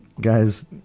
guys